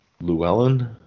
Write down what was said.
Llewellyn